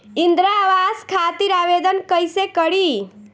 इंद्रा आवास खातिर आवेदन कइसे करि?